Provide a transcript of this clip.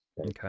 Okay